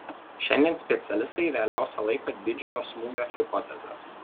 šiandien specialistai realiausia laiko didžiojo smūgio hipotezę